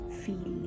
feel